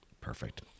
Perfect